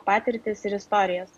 patirtis ir istorijas